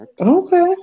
Okay